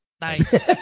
nice